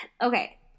Okay